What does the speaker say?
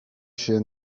się